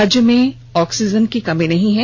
राज्य में ऑक्सीजन की कमी नहीं है